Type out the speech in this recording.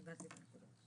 נגעתי בכל הנקודות.